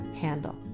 handle